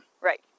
Right